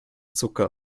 zucker